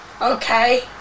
okay